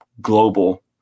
global